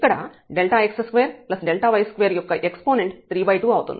ఇక్కడ Δx2Δy2యొక్క ఎక్సపోనెంట్ 32 అవుతుంది